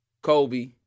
Kobe